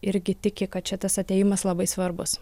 irgi tiki kad čia tas atėjimas labai svarbus